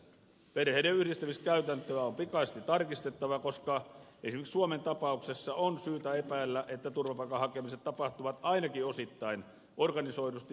perheenyhdistämiskäytäntöä on pikaisesti tarkistettava koska esimerkiksi suomen tapauksessa on syytä epäillä että turvapaikanhakemiset tapahtuvat ainakin osittain organisoidusti järjestäjien kautta